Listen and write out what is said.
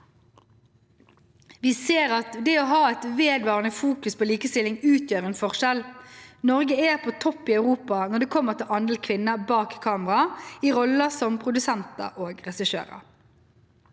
Vi ser at det å ha et vedvarende fokus på likestilling utgjør en forskjell. Norge er på topp i Europa når det kommer til andel kvinner bak kamera, i roller som produsenter og regissører.